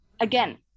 again